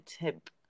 tip